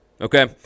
okay